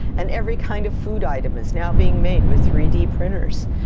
and every kind of food item is now being made with three d printers,